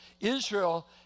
Israel